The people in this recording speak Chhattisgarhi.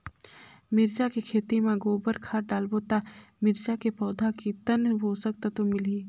मिरचा के खेती मां गोबर खाद डालबो ता मिरचा के पौधा कितन पोषक तत्व मिलही?